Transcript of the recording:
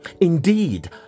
Indeed